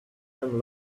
them